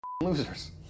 losers